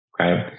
Okay